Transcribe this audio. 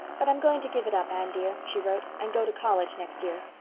but i'm going to give it up, anne dear, she wrote, and go to college next year.